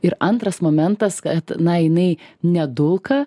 ir antras momentas kad na jinai nedulka